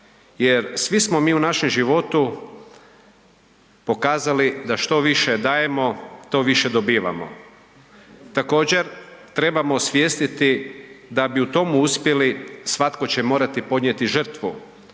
jer svi smo mi u našem životu pokazali da što više dajemo to više dobivamo. Također trebamo osvijestiti da bi u tome uspjeli svatko će morati podnijeti žrtvu,